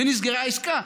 ונסגרה העסקה.